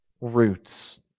roots